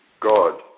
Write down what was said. God